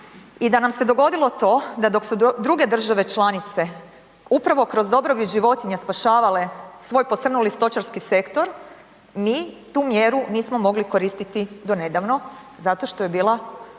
i da nam se dogodilo to da dok su druge države članice upravo kroz dobrobit životinja spašavale svoj posrnuli stočarski sektor, mi tu mjeru nismo mogli koristiti do nedavno, zato što je bila